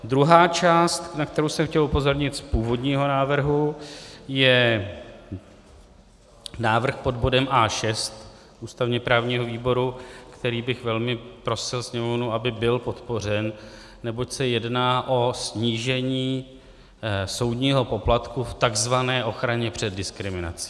Druhá část, na kterou jsem chtěl upozornit z původního návrhu, je návrh pod bodem A6 ústavněprávního výboru, který bych velmi prosil Sněmovnu, aby byl podpořen, neboť se jedná o snížení soudního poplatku v takzvané ochraně před diskriminací.